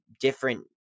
different